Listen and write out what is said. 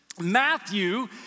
Matthew